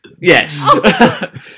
Yes